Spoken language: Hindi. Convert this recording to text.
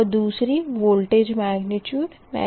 और दूसरी वोल्टेज मेग्निट्यूड Vimin≤